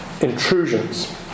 intrusions